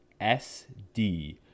SD